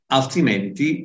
altrimenti